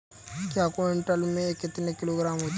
एक क्विंटल में कितने किलोग्राम होते हैं?